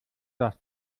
das